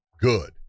good